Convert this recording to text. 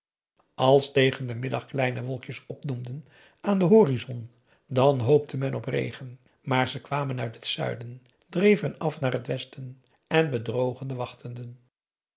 als tegen den middag kleine wolkjes opdoemden aan den horizon dan hoopte men op regen maar ze kwamen uit het zuiden dreven af naar het westen en bedrogen de wachtenden